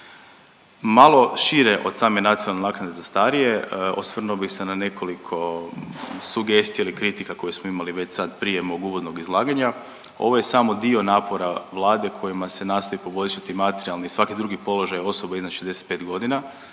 Malo šire od same nacionalne naknade za starije, osvrnuo bih se na nekoliko sugestija ili kritika koje smo imali već sad prije mog uvodnog izlaganja. Ovo je samo dio napora Vlade kojima se nastoji poboljšati materijalni i svaki drugi položaj osoba iznad 65 godina.